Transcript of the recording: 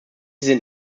sind